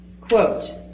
quote